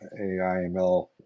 AIML